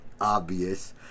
obvious